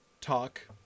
talk